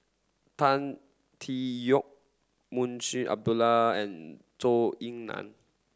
Tan Tee Yoke Munshi Abdullah and Zhou Ying Nan